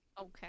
Okay